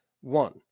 One